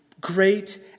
great